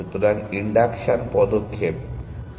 সুতরাং ইনডাকশন পদক্ষেপ তোমরা দ্বন্দ্ব দ্বারা করবে